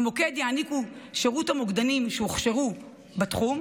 במוקד יעניקו שירות מוקדנים שהוכשרו בתחום,